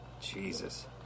Jesus